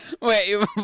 Wait